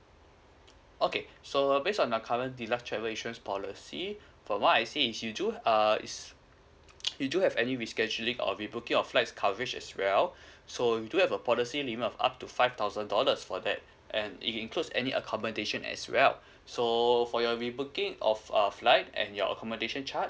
okay so based on the current deluxe travel insurance policy from what I see is you do uh is you do have any rescheduling and rebooking of flight coverage as well so you do have a policy limit of up to five thousand dollars for that and it includes any accommodation as well so for your rebooking of flight and your accommodation charge